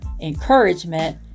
encouragement